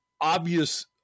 obvious